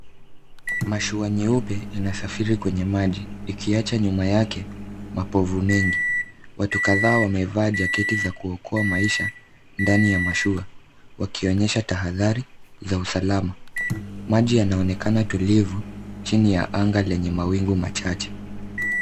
Mashua nyeupe inasafiri kwenye maji, ikiacha nyuma yake mapovu mengi. Watu kadhaa wamevaa jaketi za kuokoa maisha ndani ya mashua, wakionyesha tahadhari za usalama. Maji yanaonekana tulivu, chini ya anga lenye mawingu machache.